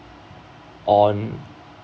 on